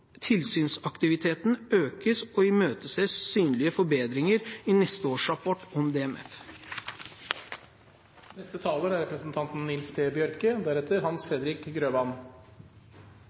tilsynsaktiviteten økes, og imøteser synlige forbedringer i neste års rapport om